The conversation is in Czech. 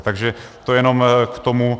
Takže to jenom k tomu.